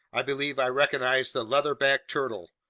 i believe i recognized the leatherback turtle,